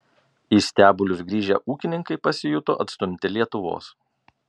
į stebulius grįžę ūkininkai pasijuto atstumti lietuvos